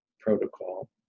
protocol